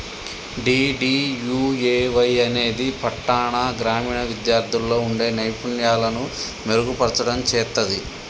DDUAY అనేది పట్టాణ, గ్రామీణ విద్యార్థుల్లో వుండే నైపుణ్యాలను మెరుగుపర్చడం చేత్తది